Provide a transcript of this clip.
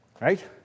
Right